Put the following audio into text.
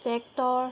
tractor